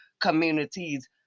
communities